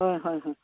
ꯍꯣꯏ ꯍꯣꯏ ꯍꯣꯏ